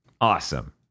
Awesome